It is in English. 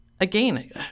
again